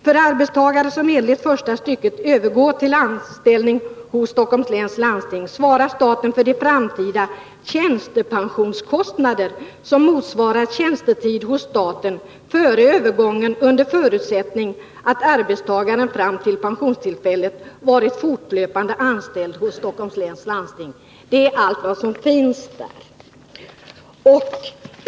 För arbetstagare som enligt första stycket övergår till anställning hos SLL svarar staten för de framtida tjänstepensionskostnader som motsvarar tjänstetid hos staten före övergången under förutsättning att arbetstagaren fram till pensionstillfället varit fortlöpande anställd hos SLL.” Det är allt vad som finns där.